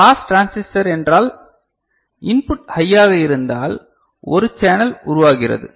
pass transistor என்றால் input ஹையாக இருந்தால் ஒரு சேனல் உருவாகிறது